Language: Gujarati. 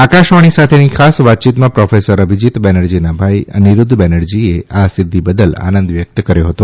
આકાશવાણી સાથેની ખાસ વાતચીતમાં પ્રોફેસર અભિજિત બેનરજીના ભાઈ અનિરૂદ્ધ બેનરજીએ આ સિદ્ધિ બદલ આનંદ વ્યક્ત કર્યો હતો